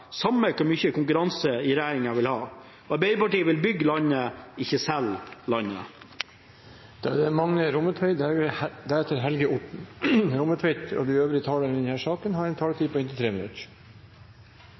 samme hvor mye konkurranse regjeringen vil ha. Arbeiderpartiet vil bygge landet, ikke selge landet. De talere som heretter får ordet, har en taletid på inntil